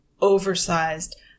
oversized